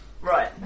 Right